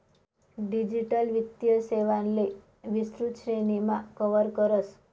digital वित्तीय सेवांले विस्तृत श्रेणीमा कव्हर करस